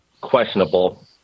questionable